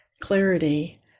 clarity